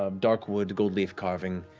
um dark wood, gold leaf carving.